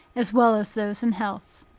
as well as those in health.